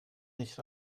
nicht